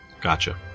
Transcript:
Gotcha